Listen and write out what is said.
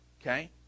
Okay